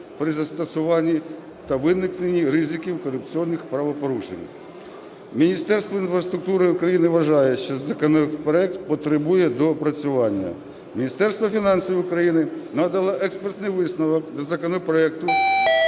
при застосуванні та виникнення ризиків корупційних правопорушень. Міністерство інфраструктури України вважає, що законопроект потребує доопрацювання. Міністерство фінансів України надало експертний висновок до законопроекту,